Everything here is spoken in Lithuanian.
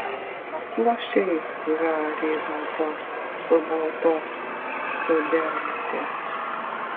atmušei harį nuo tos sumautos studentės